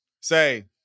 say